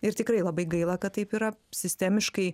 ir tikrai labai gaila kad taip yra sistemiškai